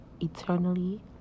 eternally